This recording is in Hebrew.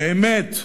באמת,